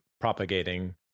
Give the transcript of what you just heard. propagating